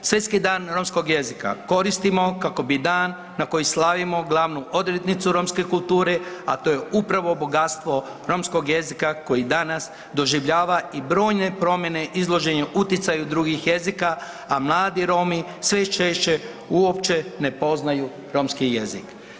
Svjetski dan romskog jezika koristimo kako bi dan na koji slavimo glavnu odrednicu romske kulture, a to je upravo bogatstvo romskog jezika koji danas doživljava i brojne promjene izloženju utjecaju drugih jezika, a mladi Romi sve češće uopće ne poznaju romski jezik.